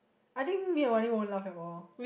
I think me and Wan-Ning won't laugh at all